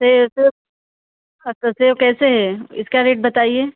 सेब तो अच्छा सेब कैसे है इसका रेट बताइए